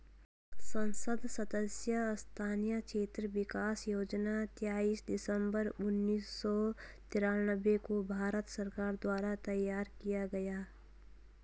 संसद सदस्य स्थानीय क्षेत्र विकास योजना तेईस दिसंबर उन्नीस सौ तिरान्बे को भारत सरकार द्वारा तैयार किया गया